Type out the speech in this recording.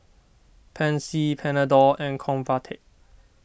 Pansy Panadol and Convatec